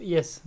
Yes